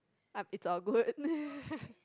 um it's all good